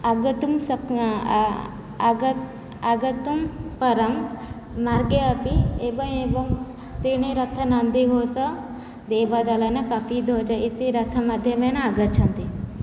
आगतुं शक्नु आगतुं परं मार्गे अपि एवम् एवं त्रीणि रथाः नन्दिघोषः देवदलनं कपिध्वजः इति रथमाध्यमेन आगच्छन्ति